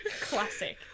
classic